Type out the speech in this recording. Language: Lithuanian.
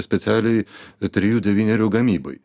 specialiai trejų devynerių gamybai